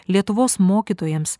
lietuvos mokytojams